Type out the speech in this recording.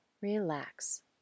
relax